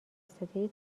صدای